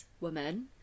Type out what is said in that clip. woman